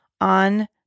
on